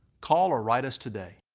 call or write us today.